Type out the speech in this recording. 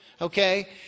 Okay